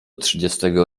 trzydziestego